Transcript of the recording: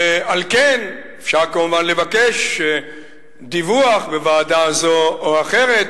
על כן, אפשר כמובן לבקש דיווח בוועדה זו או אחרת,